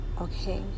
Okay